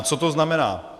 Co to znamená?